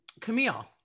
Camille